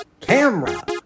Camera